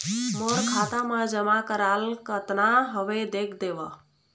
मोर खाता मा जमा कराल कतना हवे देख देव?